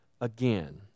again